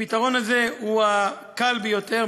הפתרון הזה הוא הקל ביותר.